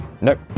Nope